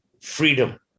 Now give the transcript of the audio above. freedom